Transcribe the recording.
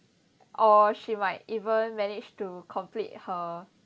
or she might even managed to complete her